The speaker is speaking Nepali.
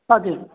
हजुर